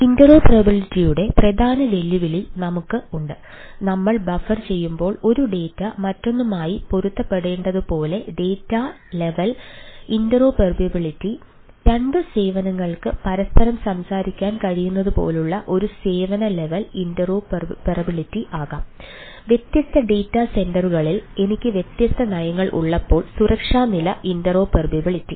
interoperability